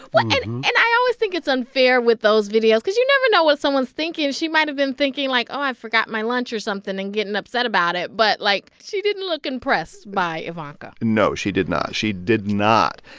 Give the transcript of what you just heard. what and i always think it's unfair with those videos because you never know what someone's thinking. she might have been thinking, like, oh, i forgot my lunch or something and getting upset about it. but, like, she didn't look impressed by ivanka no, she did not. she did not.